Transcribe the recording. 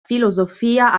filosofia